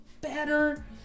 better